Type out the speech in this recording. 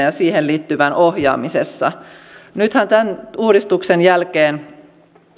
ja siihen liittyvässä ohjaamisessa nythän tämän uudistuksen jälkeen